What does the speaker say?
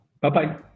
Bye-bye